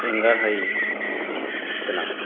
एंगारहायै गोनां